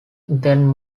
then